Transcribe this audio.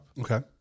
Okay